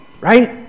right